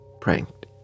Pranked